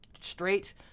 straight